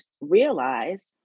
realize